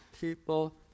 people